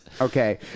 Okay